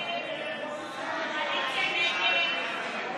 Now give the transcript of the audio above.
הצעת סיעת יש עתיד-תל"ם